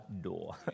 door